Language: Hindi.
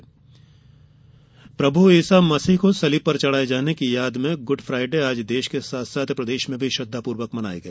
गुड फ्रायडे प्रभू ईसा मसीह को सलीब पर चढ़ाए जाने की याद में गुड फ्राइडे आज देश के साथ प्रदेश में भी श्रद्वापूर्वक मनाया गया